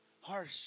harsh